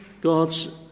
God's